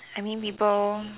I mean people